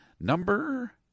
number